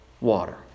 water